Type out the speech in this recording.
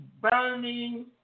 burning